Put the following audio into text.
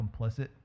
complicit